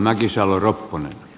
arvoisa puhemies